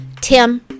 Tim